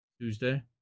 Tuesday